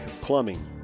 Plumbing